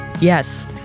yes